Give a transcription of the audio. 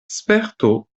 sperto